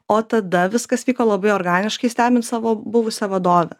o tada viskas vyko labai organiškai stebint savo buvusią vadovę